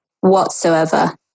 whatsoever